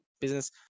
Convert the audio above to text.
business